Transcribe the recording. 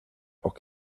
och